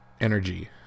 energy